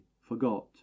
forgot